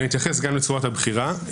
אני אתייחס גם לצורת הבחירה.